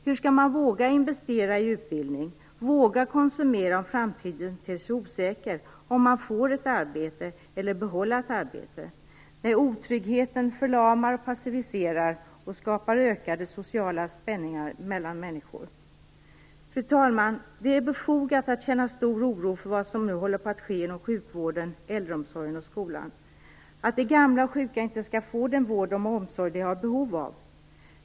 Hur skall man våga investera i utbildning och våga konsumera om det ter sig osäkert om man får ett arbete eller får behålla sitt arbete i framtiden? Otryggheten förlamar, passiviserar och skapar ökade sociala spänningar mellan människor. Fru talman! Det är befogat att känna stor oro för vad som nu håller på att ske inom sjukvården, äldreomsorgen och skolan och för att de gamla och sjuka inte skall få den vård och omsorg de har behov av.